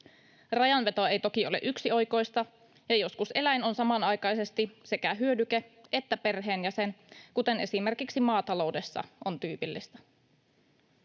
Rajanveto ei toki ole yksioikoista, ja joskus eläin on samanaikaisesti sekä hyödyke että perheenjäsen, kuten esimerkiksi maataloudessa on tyypillistä.